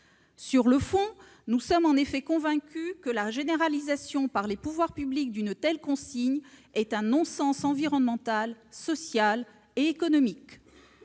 Sur le fond, nous sommes en effet convaincus que la généralisation par les pouvoirs publics d'une telle consigne est un non-sens environnemental, social et économique.